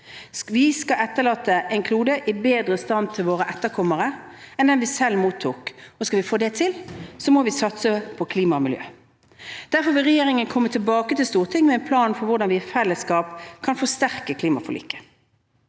Vi skal etterlate kloden i bedre stand til våre etterkommere enn den vi selv mottok, og skal vi få til det, må vi satse på klima og miljø. Derfor vil regjeringen komme tilbake til Stortinget med en plan for hvordan vi i fellesskap kan forsterke klimaforliket.